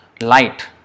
light